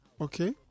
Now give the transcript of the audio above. Okay